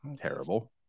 terrible